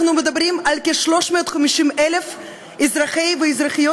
אנחנו מדברים על כ-350,000 אזרחים ואזרחיות